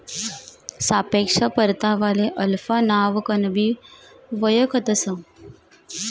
सापेक्ष परतावाले अल्फा नावकनबी वयखतंस